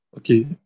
Okay